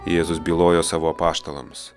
jėzus bylojo savo apaštalams